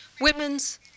Women's